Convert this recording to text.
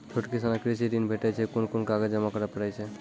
छोट किसानक कृषि ॠण भेटै छै? कून कून कागज जमा करे पड़े छै?